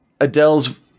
Adele's